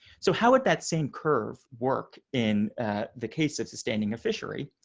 so how would that same curve work in the case of sustaining a fishery.